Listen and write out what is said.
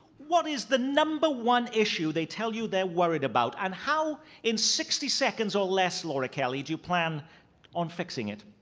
what is the number one issue they tell you they're worried about and how in sixty seconds or less, laura kelly, do you plan on fixing it?